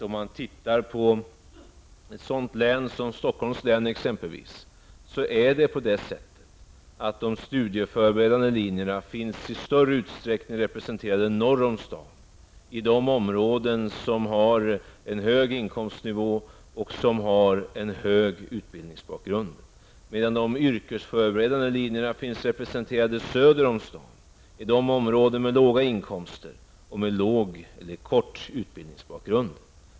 Om man ser på ett sådant län som Stockholms län, finner man att de studieförberedande linjerna i stor utsträckning är representerde norr om staden i de områden som har en hög nivå på inkomster och utbildningsbakgrund. De yrkesförberedande linjerna är representerade söder om staden i områden med låg nivå på inkomster och utbildningsbakgrund.